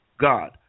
God